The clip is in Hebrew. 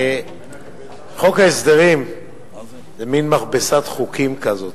חוק ההסדרים הוא מין מכבסת חוקים כזאת,